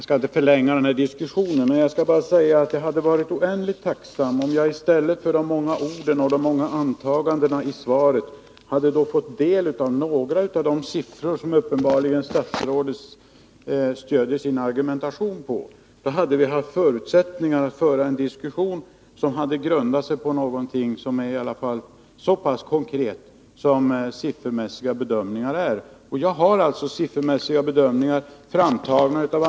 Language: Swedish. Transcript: Den s.k. lanthandelsriksdagen avhölls i Stockholm den 20 april under temat Bygden behöver butiken. Flera hundra företrädare för handeln och ett stort antal representanter för myndigheter och organisationer var samlade för att diskutera den svenska landsbygdshandelns problem. Riksdagen antog enhälligt ett uttalande som bl.a. framhöll angelägenheten av att alla kommuner upprättar varuförsörjningsplaner.